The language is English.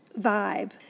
vibe